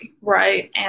right